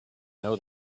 know